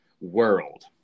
world